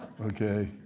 Okay